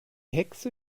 hexe